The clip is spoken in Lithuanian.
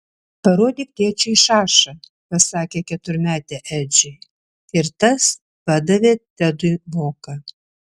parodyk tėčiui šašą pasakė keturmetė edžiui ir tas padavė tedui voką